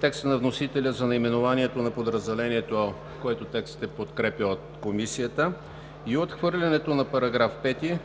текста на вносителя за наименованието на подразделението, който се подкрепя от Комисията, и отхвърлянето на § 5,